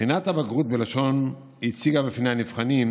בחינת הבגרות בלשון הציגה בפני הנבחנים